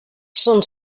són